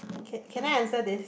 ca~ can I answer this